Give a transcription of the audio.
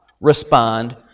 respond